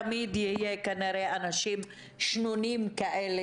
תמיד יהיו אנשים שנונים כאלה,